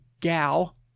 gal